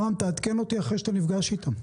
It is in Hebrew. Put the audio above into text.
נעם, תעדכן אותי אחרי שאתה נפגש איתו,